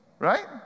right